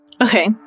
Okay